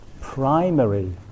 primary